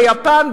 ביפן,